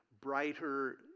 brighter